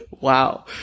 Wow